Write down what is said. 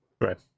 Right